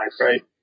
right